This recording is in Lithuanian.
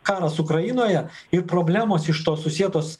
karas ukrainoje ir problemos iš to susietos